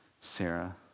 Sarah